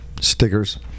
Stickers